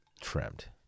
trimmed